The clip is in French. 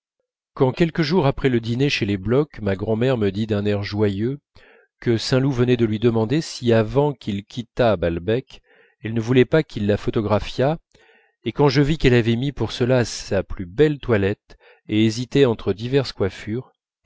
quand quelques jours après le dîner chez les bloch ma grand'mère me dit d'un air joyeux que saint loup venait de lui demander si avant qu'il quittât balbec elle ne voulait pas qu'il la photographiât et quand je vis qu'elle avait mis pour cela sa plus belle toilette et hésitait entre diverses coiffures